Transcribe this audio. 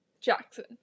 Jackson